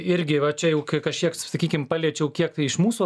irgi va čia jau kai kažkiek sakykim paliečiau kiek tai iš mūsų